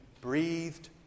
breathed